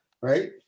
right